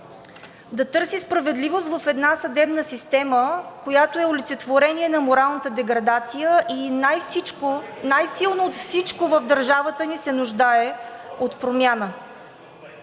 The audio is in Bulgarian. да търси справедливост в една съдебна система, която е олицетворение на моралната деградация и най-силно от всичко в държавата ни се нуждае от промяна.